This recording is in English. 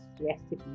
recipe